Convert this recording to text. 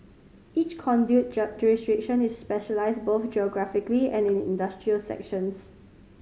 each conduit jurisdiction is specialised both geographically and in industrial sections